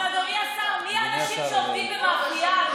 אבל אדוני השר, מי האנשים שעובדים במאפייה?